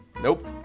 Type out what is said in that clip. Nope